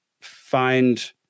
find